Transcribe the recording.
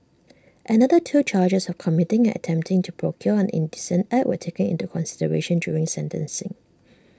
another two charges of committing and attempting to procure an indecent act were taken into consideration during sentencing